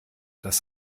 das